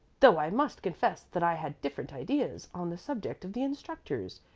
though i must confess that i had different ideas on the subject of the instructors.